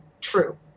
true